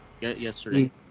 Yesterday